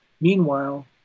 Meanwhile